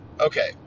Okay